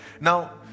Now